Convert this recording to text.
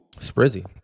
Sprizzy